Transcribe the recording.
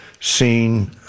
seen